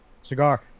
cigar